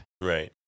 Right